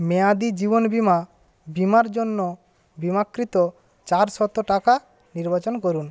মেয়াদি জীবনবিমা বিমার জন্য বিমাকৃত চারশত টাকা নির্বাচন করুন